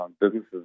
businesses